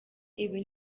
ibi